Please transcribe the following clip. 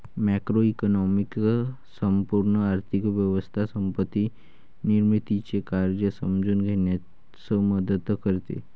macroeconomics संपूर्ण आर्थिक व्यवस्था संपत्ती निर्मितीचे कार्य समजून घेण्यास मदत करते